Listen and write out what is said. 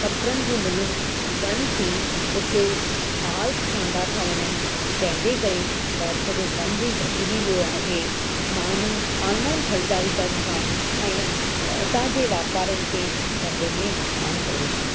कपिड़नि जूं मिलूं बंदि थी उते मॉल्स ठहंदा था वञनि जंहिंजे करे भर्थ जो कमु बि घटिजी वियो आहे माण्हू ऑनलाइन ख़रिदारी कनि था ऐं उतांजे वापारियुनि खे धंधे में नुक़सान पवे थो